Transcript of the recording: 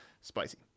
spicy